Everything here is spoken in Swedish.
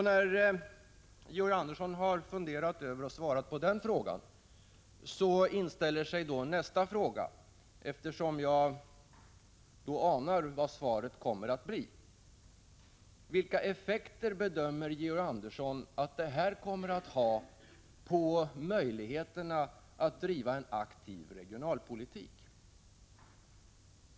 När Georg Andersson har funderat över den frågan och svarat på den, inställer sig ännu en fråga, eftersom jag anar vad svaret på den förra frågan kommer att bli. Vilka effekter bedömer Georg Andersson att detta kommer att ha på möjligheterna att bedriva en aktiv regionalpolitik?